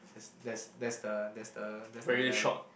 that's that's the that's the that's the